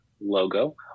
logo